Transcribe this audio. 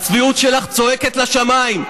הצביעות שלך צועקת לשמיים.